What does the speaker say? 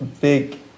big